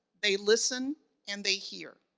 they listen and they hear.